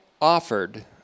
offered